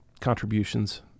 contributions